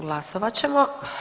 Glasovat ćemo.